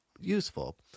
useful